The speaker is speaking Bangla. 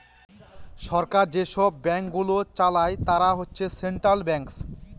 সরকার যেসব ব্যাঙ্কগুলো চালায় তারা হচ্ছে সেন্ট্রাল ব্যাঙ্কস